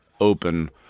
open